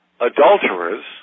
adulterers